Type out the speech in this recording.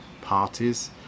parties